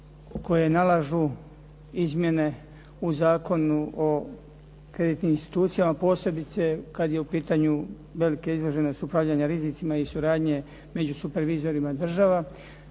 koje nalažu izmjene u Zakonu o kreditnim institucijama posebice kad je u pitanju velika izloženost upravljanja rizicima i suradnje među supervizorima država